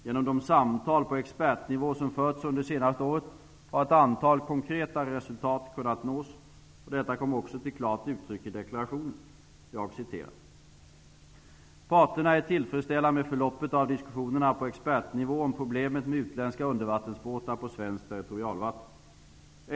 Genom de samtal på expertnivå som förts under det senaste året har ett antal konkreta resultat kunnat nås, och detta kom också till klart uttryck i deklarationen: ''Parterna är tillfredsställda med förloppet av diskussionerna på expertnivå om problemet med utländska undervattensbåtar på svenskt territorialvatten.